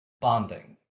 Bonding